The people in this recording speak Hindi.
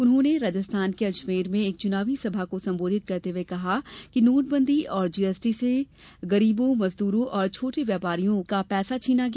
उन्होंने राजस्थान के अजमेर में एक चुनावी सभा को संबोधित करते हुए कहा कि नोटबंदी और जीएसटी से गरीबों मजदूरों और छोटे व्यापारियों का पैसा छीना गया